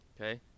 Okay